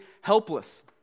helpless